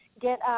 get